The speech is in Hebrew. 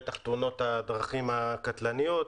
בטח תאונות הדרכים הקטלניות,